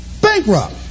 bankrupt